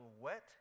wet